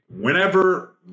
whenever